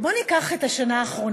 בואו ניקח את השנה האחרונה,